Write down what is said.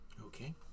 Okay